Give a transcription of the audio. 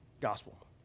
Gospel